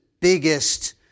biggest